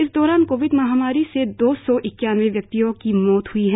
इस दौरान कोविड महामारी से दो सौ इक्यानवे व्यक्तियों की मौत हुई है